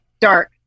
dark